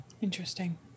interesting